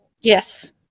yes